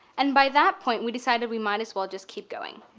and by that point we decided we might as well just keep going.